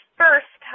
first